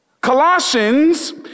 Colossians